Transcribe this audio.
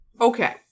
okay